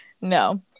No